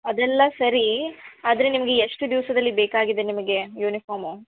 ಅದೆಲ್ಲ ಸರಿ ಆದರೆ ನಿಮಗೆ ಎಷ್ಟು ದಿವಸದಲ್ಲಿ ಬೇಕಾಗಿದೆ ನಿಮಗೆ ಯುನಿಫಾಮು